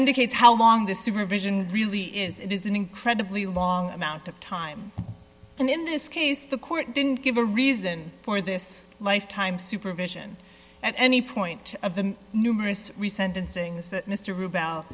indicates how long the supervision really is it is an incredibly long amount of time and in this case the court didn't give a reason for this lifetime supervision at any point of the numerous recent things that mr r